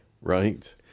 Right